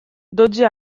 dotze